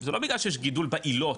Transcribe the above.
זה לא בגלל שיש גידול בעילות,